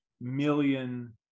million